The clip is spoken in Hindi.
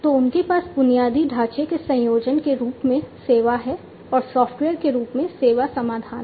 तो उनके पास बुनियादी ढांचे के संयोजन के रूप में सेवा है और सॉफ्टवेयर के रूप में सेवा समाधान है